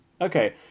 Okay